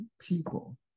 people